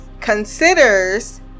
considers